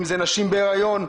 אם זה נשים בהיריון,